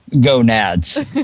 gonads